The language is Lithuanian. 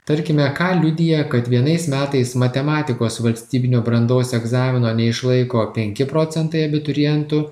tarkime ką liudija kad vienais metais matematikos valstybinio brandos egzamino neišlaiko penki procentai abiturientų